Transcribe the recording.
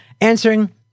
answering